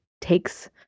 takes